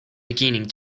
beginning